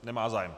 Nemá zájem.